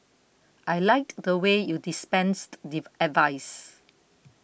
I liked the way you dispensed advice